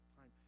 time